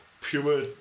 pure